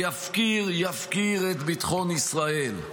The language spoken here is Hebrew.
יפקיר את ביטחון ישראל".